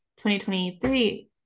2023